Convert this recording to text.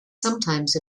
sometimes